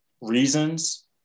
reasons